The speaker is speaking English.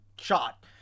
shot